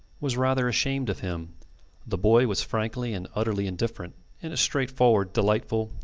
was rather ashamed of him the boy was frankly and utterly indifferent in a straightforward, delightful,